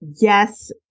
Yes